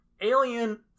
Alien